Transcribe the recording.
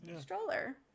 stroller